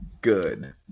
good